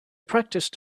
practiced